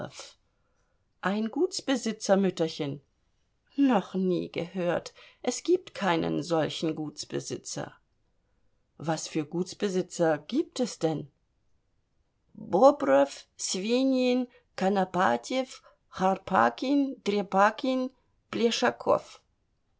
ein gutsbesitzer mütterchen noch nie gehört es gibt keinen solchen gutsbesitzer was für gutsbesitzer gibt es denn bobrow